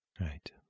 Right